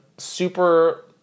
super